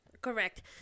correct